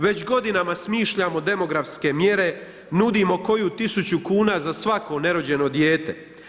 Već godinama smišljamo demografske mjere nudimo koju tisuću kuna za svako nerođeno dijete.